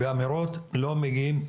באמירות לא מגיעים לכלום.